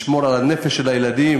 לשמור על הנפש של הילדים,